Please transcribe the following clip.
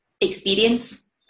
experience